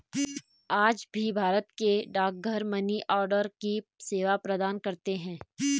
आज भी भारत के डाकघर मनीआर्डर की सेवा प्रदान करते है